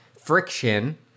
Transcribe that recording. friction